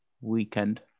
Weekend